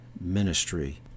ministry